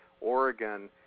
Oregon